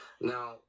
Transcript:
Now